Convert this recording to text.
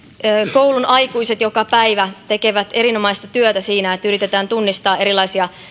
koulun aikuiset joka päivä tekevät erinomaista työtä siinä että yritetään tunnistaa erilaisia